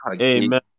Amen